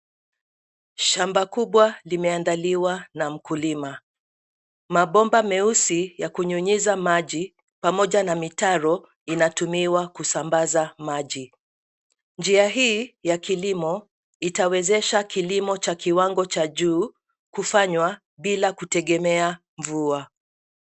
Shamba kubwa limeandaliwa na mkulima. Mabomba meusi ya kunyunyiza maji pamoja na mitaro inatumiwa kusambaza maji. Njia hii ya kilimo itawezesha kilimo cha kiwango cha juu kufanywa bila kutegemea mvua.